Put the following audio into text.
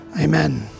Amen